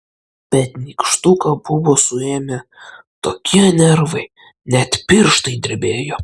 bet nykštuką buvo suėmę tokie nervai net pirštai drebėjo